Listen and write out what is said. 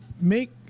make